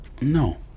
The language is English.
No